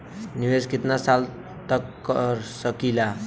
निवेश कितना साल तक कर सकीला?